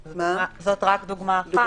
זאת רק דוגמה אחת.